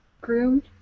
Groomed